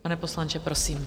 Pane poslanče, prosím.